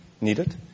needed